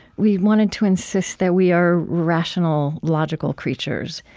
we wanted to insist that we are rational, logical creatures.